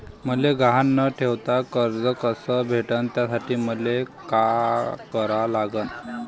मले गहान न ठेवता कर्ज कस भेटन त्यासाठी मले का करा लागन?